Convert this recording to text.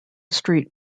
street